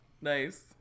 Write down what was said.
Nice